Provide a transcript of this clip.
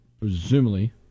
presumably